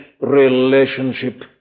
relationship